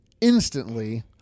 instantly